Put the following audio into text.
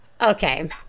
Okay